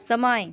समय